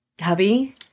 hubby